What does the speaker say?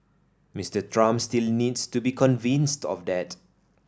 Mister Trump still needs to be convinced of that